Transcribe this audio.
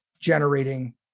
generating